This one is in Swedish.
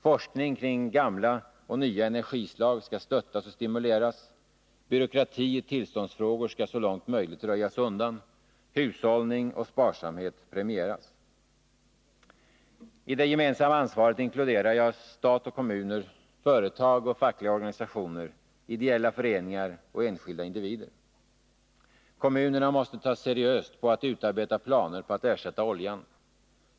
Forskning kring gamla och nya energislag skall stöttas och stimuleras, byråkrati i tillståndsfrågor skall så långt möjligt röjas undan, hushållning och sparsamhet skall premieras. I det gemensamma ansvaret inkluderar jag såväl stat som kommuner, företag och fackliga organisationer, ideella föreningar och enskilda individer. Kommunerna måste ta seriöst på att utarbeta planer på att ersätta oljan.